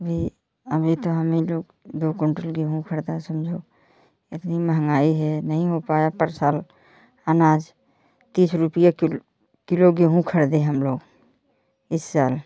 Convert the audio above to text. भी अभी तो हम ही लोग दो कुंटल गेहूँ खरीदा समझो इतनी महंगाई है नहीं हो पाया परसाल अनाज तीस रूपये किल किलो गेहूँ खरीदे हम लोग इस साल